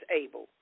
able